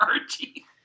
Archie